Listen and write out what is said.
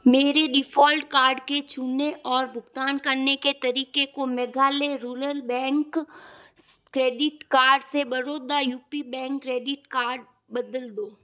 मेरे default card के छूने और भुगतान करने के तरीके को Meghalaya rural bank credit card से Baroda U P bank credit card बदल दो